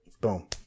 boom